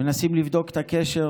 מנסים לבדוק את הקשר,